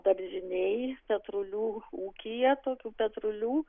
daržinėj petrulių ūkyje tokių petrulių